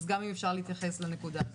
אז גם אם אפשר להתייחס לנקודה הזאת.